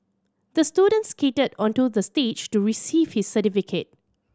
the student skated onto the stage to receive his certificate